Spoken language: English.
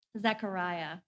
Zechariah